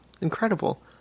incredible